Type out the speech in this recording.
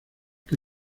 que